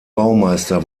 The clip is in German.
baumeister